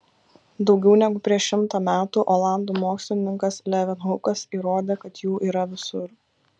daugiau negu prieš šimtą metų olandų mokslininkas levenhukas įrodė kad jų yra visur